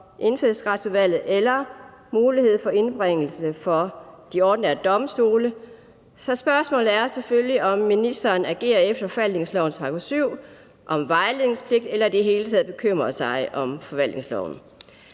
Indfødsretsudvalget eller mulighed for indbringelse for de ordinære domstole. Så spørgsmålet er selvfølgelig, om ministeren agerer efter forvaltningslovens § 7 om vejledningspligt eller i det hele taget bekymrer sig om forvaltningsloven.